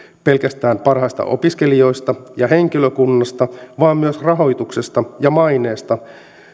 pelkästään parhaista opiskelijoista ja henkilökunnasta vaan myös rahoituksesta ja maineesta